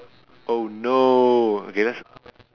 oh no okay let's